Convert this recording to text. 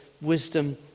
wisdom